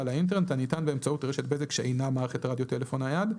לאינטרנט הניתן באמצעות רשת בזק שאינה מערכת רדיו טלפון נייד,